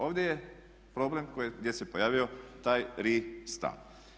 Ovdje je problem gdje se pojavio taj Ri Stan.